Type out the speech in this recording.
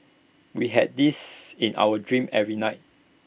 we had this in our dreams every night